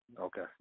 okay